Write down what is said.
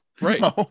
Right